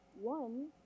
One